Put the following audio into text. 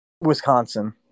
Wisconsin